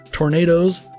tornadoes